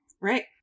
Right